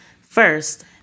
First